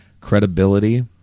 Credibility